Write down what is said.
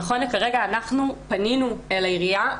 נכון לכרגע אנחנו פנינו לעירייה.